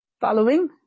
Following